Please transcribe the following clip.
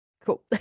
Cool